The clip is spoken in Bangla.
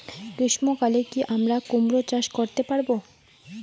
গ্রীষ্ম কালে কি আমরা কুমরো চাষ করতে পারবো?